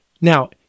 Now